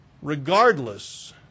Regardless